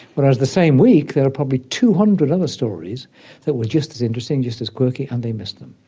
whereas the same week there were probably two hundred other stories that were just as interesting, just as quirky, and they missed them.